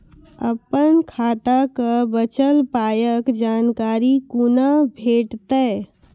अपन खाताक बचल पायक जानकारी कूना भेटतै?